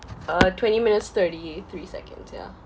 uh twenty minutes thirty three seconds yeah